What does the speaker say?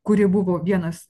kuri buvo vienas